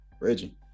Reggie